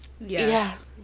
Yes